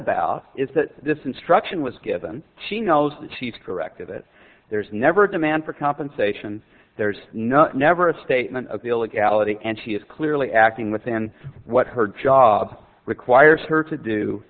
about is that this instruction was given she knows that she's corrected it there's never a demand for compensation there's no never a statement of illegality and she is clearly acting within what her job requires her to do